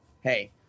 hey